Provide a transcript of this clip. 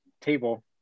table